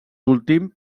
últim